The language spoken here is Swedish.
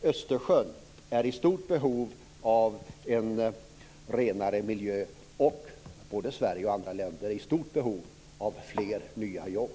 Östersjön är i stort behov en renare miljö, och både Sverige och andra länder är i stort behov av fler nya jobb.